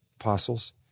apostles